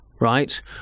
right